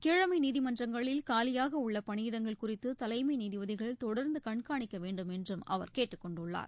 கீழமைநீதிமன்றங்களில் காலியாகஉள்ளபணியிடங்கள் குறித்துதலைமைநீதிபதிகள் தொடர்ந்துகண்காணிக்கவேண்டும் என்றும் அவர் கேட்டுக் கொண்டுள்ளார்